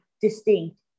distinct